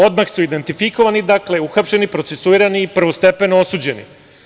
Odmah su identifikovani, dakle uhapšeni, procesuirani i prvostepeno osuđeni.